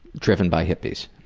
driven by hippies.